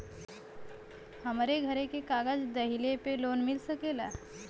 हमरे घरे के कागज दहिले पे लोन मिल सकेला?